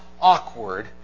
awkward